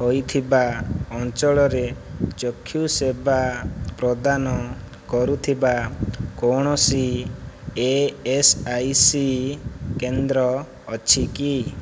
ହୋଇଥିବା ଅଞ୍ଚଳରେ ଚକ୍ଷୁ ସେବା ପ୍ରଦାନ କରୁଥିବା କୌଣସି ଏ ଏସ୍ ଆଇ ସି କେନ୍ଦ୍ର ଅଛି କି